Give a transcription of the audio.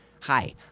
Hi